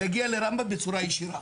להגיע לרמב"ם בצורה ישירה.